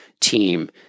team